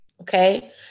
okay